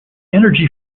energy